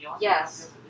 Yes